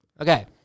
Okay